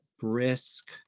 brisk